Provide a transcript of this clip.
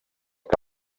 que